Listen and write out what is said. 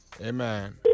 Amen